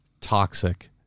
toxic